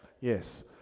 Yes